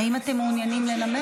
האם אתם מעוניינים לנמק?